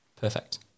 perfect